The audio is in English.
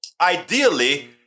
ideally